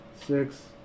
Six